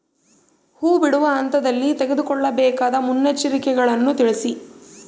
ಹೂ ಬಿಡುವ ಹಂತದಲ್ಲಿ ತೆಗೆದುಕೊಳ್ಳಬೇಕಾದ ಮುನ್ನೆಚ್ಚರಿಕೆಗಳನ್ನು ತಿಳಿಸಿ?